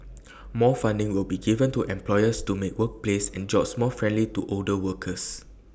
more funding will be given to employers to make workplaces and jobs more friendly to older workers